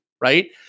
right